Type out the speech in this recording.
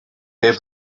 heb